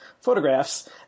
photographs